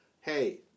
Hey